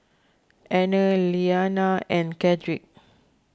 Anner Iyanna and Cedrick